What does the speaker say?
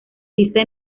pista